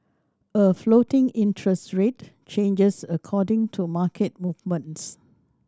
a floating interest rate changes according to market movements